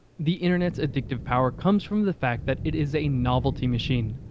the internet's addictive power comes from the fact that it is a novelty machine.